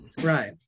Right